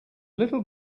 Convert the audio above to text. little